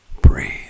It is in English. breathe